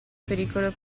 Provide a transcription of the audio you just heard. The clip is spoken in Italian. pericolo